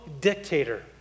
dictator